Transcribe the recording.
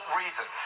reason